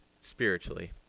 spiritually